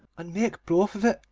and make broth of it,